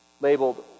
labeled